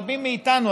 רבים מאיתנו,